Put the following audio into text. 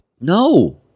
No